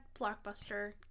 blockbuster